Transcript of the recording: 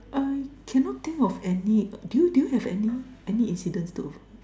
I cannot think of any do you do you have any any incident to avoid